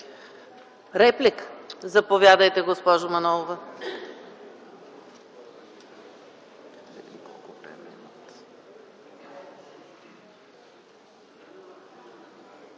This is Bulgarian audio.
ли? Заповядайте, госпожо Манолова